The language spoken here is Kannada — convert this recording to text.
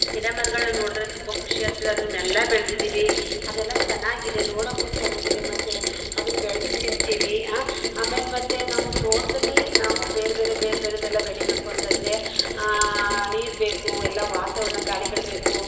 ಗಿಡ ಮರಗಳನ್ನ ನೋಡಿದ್ರೆ ತುಂಬ ಖುಷಿಯಾಗ್ತದೆ ಅದನ್ನೆಲ್ಲ ಬೆಳೆದಿದ್ದೀವಿ ಅದೆಲ್ಲ ಚೆನ್ನಾಗಿದೆ ನೋಡೋಕ್ಕೂ ಚೆನ್ನಾಗಿದೆ ಮತ್ತೆ ಅದನ್ನು ಬೆಳೆದು ತಿಂತೀವಿ ಆ ಆಮೇಲ್ಲೆ ಮತ್ತೆ ನಮ್ಮ ತೋಟದಲ್ಲಿ ನಾವು ಬೇರೆ ಬೇರೆ ಬೇರ್ಬೇರೆದೆಲ್ಲ ಬೆಳಿಬೇಕು ಅಂತ ಅಂದ್ರೆ ನೀರು ಬೇಕು ಎಲ್ಲ ವಾತಾವರಣ ಗಾಳಿಗಳು ಬೇಕು